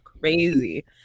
crazy